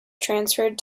transferred